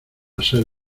ser